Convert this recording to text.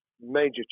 major